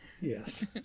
Yes